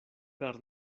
per